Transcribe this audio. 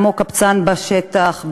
כמו קבצן בשטח,